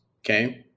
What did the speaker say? Okay